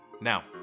Now